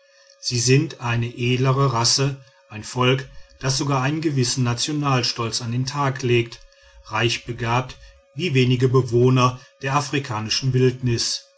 sie sind eine edlere rasse ein volk das sogar einen gewissen nationalstolz an den tag legt reich begabt wie wenige bewohner der afrikanischen wildnis